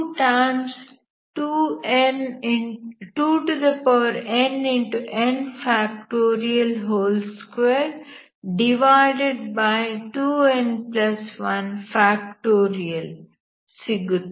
ಸೂತ್ರವನ್ನು ಉಪಯೋಗಿಸಿ ಆಗುತ್ತದೆ